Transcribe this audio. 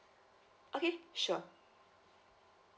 okay sure